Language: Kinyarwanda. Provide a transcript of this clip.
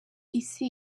isi